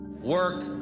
Work